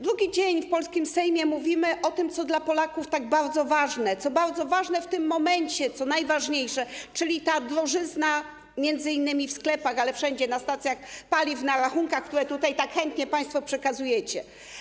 Drugi dzień w polskim Sejmie mówimy o tym, co dla Polaków jest tak bardzo ważne, co jest bardzo ważne w tym momencie, co jest najważniejsze, czyli że jest ta drożyzna, m.in. w sklepach, ale też wszędzie, na stacjach paliw, na rachunkach, które tutaj tak chętnie państwo przekazujecie.